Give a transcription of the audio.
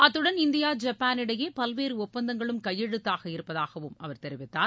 அத்துடன் India Japan இடையே பல்வேறு ஒப்பந்தங்களும் கையெழுத்தாக இருப்பதாக அவர் கூறினார்